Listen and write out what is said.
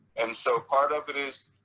and so part of it is,